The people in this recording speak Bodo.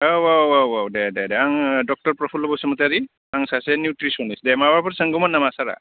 औ औ दे दे आङो ड प्रफुल्ल' बसुमतारि आं सासे निउट्रिस'निस्ट दै माबाफोर सोंगौमोन नामा सारा